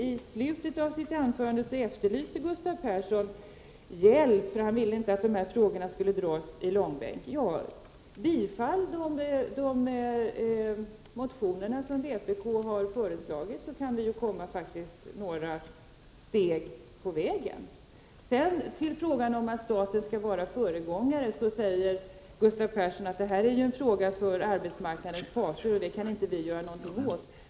I slutet av sitt anförande efterlyste Gustav Persson hjälp, för han ville inte att de här frågorna skulle dras i långbänk. Ja, bifall de motioner som vpk har väckt, så kan vi ju faktiskt komma några steg på vägen! När det gäller frågan om att staten skall vara föregångare, säger Gustav Persson att detta är en fråga för arbetsmarknadens parter, och det kan inte vi göra någonting åt.